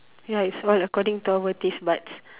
ya is what according to our taste buds